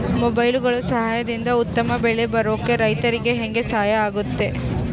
ಮೊಬೈಲುಗಳ ಸಹಾಯದಿಂದ ಉತ್ತಮ ಬೆಳೆ ಬರೋಕೆ ರೈತರಿಗೆ ಹೆಂಗೆ ಸಹಾಯ ಆಗುತ್ತೆ?